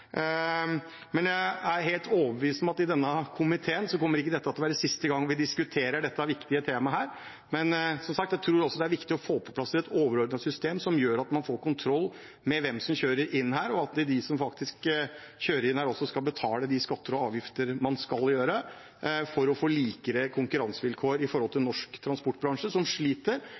Jeg er helt overbevist om at dette ikke kommer til å være siste gang vi diskuterer dette viktige temaet i denne komiteen. Som sagt: Jeg tror det er viktig å få på plass et overordnet system som gjør at man får kontroll med hvem som kjører inn i Norge, og at de som kjører inn, også betaler de skatter og avgifter de skal, for å få likere konkurransevilkår i forhold til norsk transportbransje, som sliter